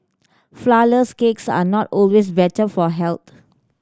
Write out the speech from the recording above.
flourless cakes are not always better for health